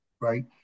Right